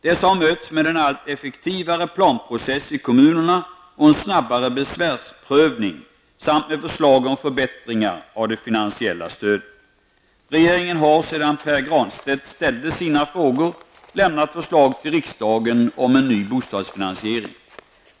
Dessa har mötts med en allt effektivare planprocess i kommunerna och en snabbare besvärsprövning samt med förslag om förbättringar av det finansiella stödet. Regeringen har sedan Pär Granstedt ställde sina frågor lämnat förslag till riksdagen om en ny bostadsfinansiering.